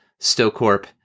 StoCorp